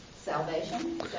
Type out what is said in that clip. salvation